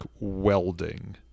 welding